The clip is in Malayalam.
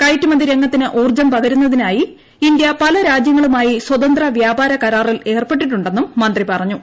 കയറ്റുമതി രംഗത്തിന് ഉൌർജ്ജം പകരുന്നതിനായി ഇന്ത്യ പല രാജ്യങ്ങളുമായി സ്വതന്ത്ര വ്യാപാര കരാറിൽ ഏർപ്പെട്ടിട്ടുണ്ടെന്നും മന്ത്രി പറഞ്ഞു